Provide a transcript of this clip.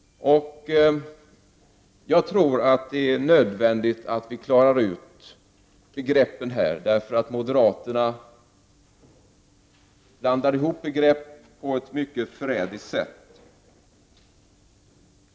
Jag tror att det är nödvändigt att vi klarar ut begreppen. Moderaterna blandar ihop begreppen på ett mycket förrädiskt sätt.